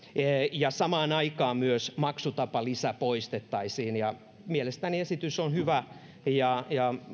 ja samaan aikaan myös maksutapalisä poistettaisiin mielestäni esitys on hyvä ja